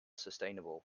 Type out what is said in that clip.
sustainable